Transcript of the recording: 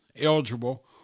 eligible